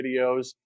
videos